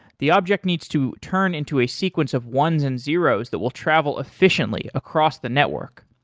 the object needs to turn into a sequence of ones and zeros that will travel efficiently across the network.